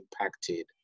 impacted